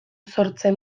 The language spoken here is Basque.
sortzen